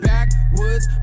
Backwoods